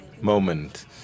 moment